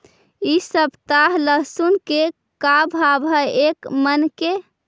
इ सप्ताह लहसुन के का भाव है एक मन के?